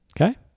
Okay